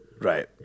right